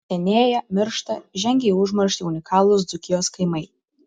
senėja miršta žengia į užmarštį unikalūs dzūkijos kaimai